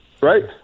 right